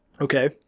Okay